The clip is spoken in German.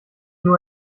nur